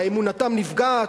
אמונתם נפגעת?